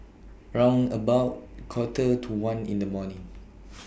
round about Quarter to one in The morning